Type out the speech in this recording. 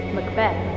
Macbeth